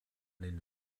den